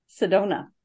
sedona